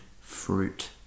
fruit